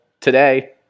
today